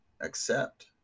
accept